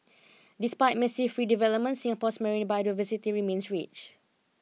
despite massive redevelopment Singapore's marine biodiversity remains rich